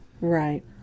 Right